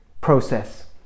process